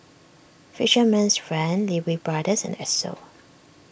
Fisherman's Friend Lee Wee Brothers and Esso